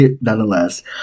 nonetheless